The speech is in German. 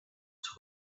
zur